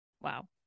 wow